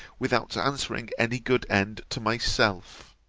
without answering any good end to myself.